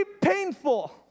painful